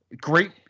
Great